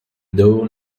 doe